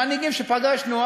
המנהיגים שפגשנו,